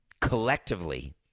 collectively